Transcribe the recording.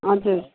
हजुर